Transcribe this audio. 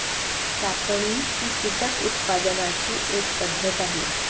कापणी ही कीटक उत्पादनाची एक पद्धत आहे